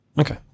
okay